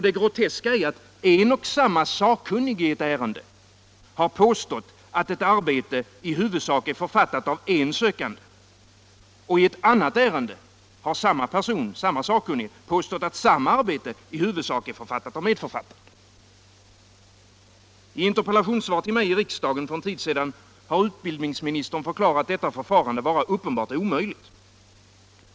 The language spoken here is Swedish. Det groteska är att en och samma sakkunnig i ett ärende har påstått att ett arbete i huvudsak är författat av en viss sökande och i ett annat ärende hävdat att samma arbete i huvudsak är författat av medförfattaren. I interpellationssvaret till mig i riksdagen för en tid sedan har utbildningsministern förklarat detta förfarande vara uppenbart omöjligt.